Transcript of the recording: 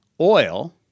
oil